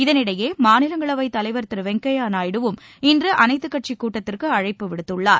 இதனிடையே மாநிலங்களவைத் தலைவர் திரு வெங்கய்ய நாயுடுவும் இன்று அனைத்துக் கட்சிக் கூட்டத்திற்கு அழைப்பு விடுத்துள்ளார்